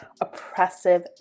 oppressive